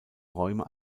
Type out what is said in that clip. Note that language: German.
räume